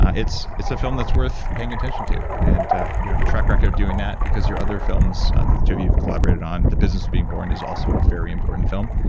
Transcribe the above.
it's it's a film that's worth paying attention to. and you have a track record of doing that, because your other films that the two of you have collaborated on, the business of being born is also a very important film.